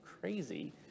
crazy